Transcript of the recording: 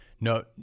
no